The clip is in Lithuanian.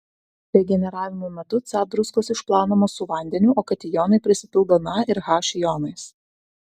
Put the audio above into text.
regeneravimo metu ca druskos išplaunamos su vandeniu o katijonitai pasipildo na ir h jonais